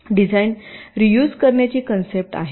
design reuse करण्याची concept आहे